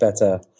better